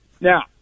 Now